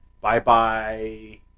Bye-bye